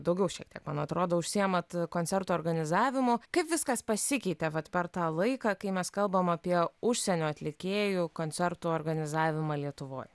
daugiau šiek tiek man atrodo užsiimat koncertų organizavimu kaip viskas pasikeitė vat per tą laiką kai mes kalbam apie užsienio atlikėjų koncertų organizavimą lietuvoj